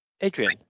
adrian